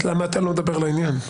אז למה אתה לא מדבר לעניין?